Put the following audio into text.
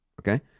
okay